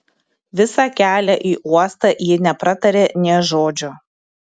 visą kelią į uostą ji nepratarė nė žodžio